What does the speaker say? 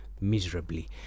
miserably